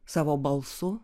savo balsu